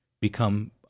become